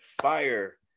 fire